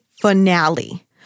finale